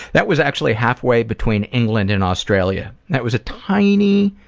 that was actually halfway between england and australia. that was a tiny,